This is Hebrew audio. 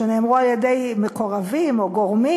שנאמרו על-ידי מקורבים או גורמים